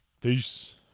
peace